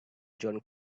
john